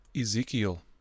Ezekiel